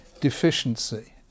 deficiency